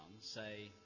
say